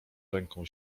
ręką